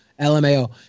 lmao